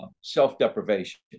Self-deprivation